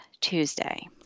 Tuesday